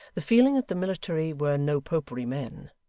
the feeling that the military were no-popery men,